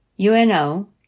UNO